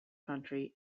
country